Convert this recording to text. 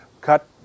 cut